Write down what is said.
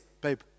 babe